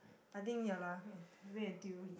I think ya lah wait until wait until he